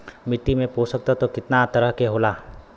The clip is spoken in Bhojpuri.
मिट्टी में पोषक तत्व कितना तरह के होला?